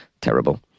Terrible